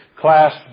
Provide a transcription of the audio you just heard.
Class